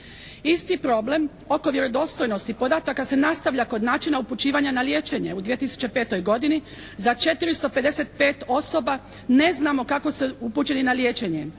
Isti problem oko vjerodostojnosti podataka se nastavlja kod načina upućivanja na liječenje u 2005. godini. Za 455 osoba ne znamo kako su upućeni na liječenje.